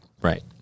Right